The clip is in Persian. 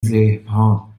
ذهنها